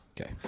Okay